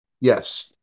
yes